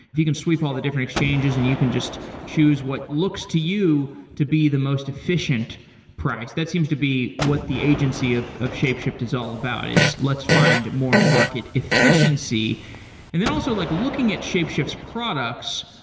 if you can sweep all the different exchanges and you can just choose what looks to you to be the most efficient price, that seems to be what the agency of of shapeshift is all about is let's find more market efficiency and then also like looking at shapeshift's products,